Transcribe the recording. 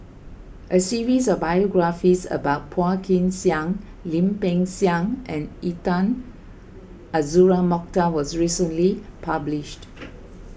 a series of biographies about Phua Kin Siang Lim Peng Siang and Intan Azura Mokhtar was recently published